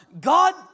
God